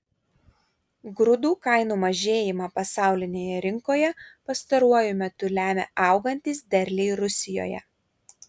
grūdų kainų mažėjimą pasaulinėje rinkoje pastaruoju metu lemia augantys derliai rusijoje